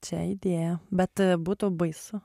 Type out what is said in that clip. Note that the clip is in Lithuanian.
čia idėja bet būtų baisu